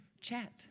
chat